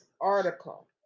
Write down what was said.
article